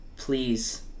please